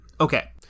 Okay